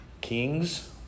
kings